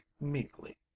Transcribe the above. meekly